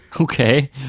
okay